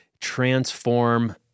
transform